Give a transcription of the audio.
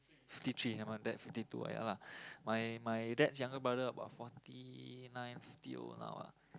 fifty three then my dad fifty two ah ya lah my my dad's younger brother about Forty Nine fifty old now ah